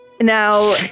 Now